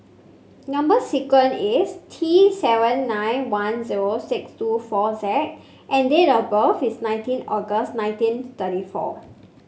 number sequence is T seven nine one zero six two four Z and date of birth is nineteen August nineteen thirty four